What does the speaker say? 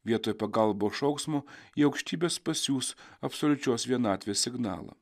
vietoj pagalbos šauksmo į aukštybes pasiųs absoliučios vienatvės signalą